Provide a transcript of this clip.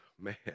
Man